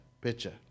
picture